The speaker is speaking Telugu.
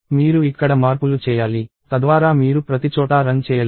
మీరు ఇక్కడ మార్పులు చేయాలి తద్వారా మీరు ప్రతిచోటా రన్ చేయలేరు